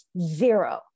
zero